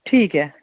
ठीक ऐ